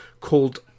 called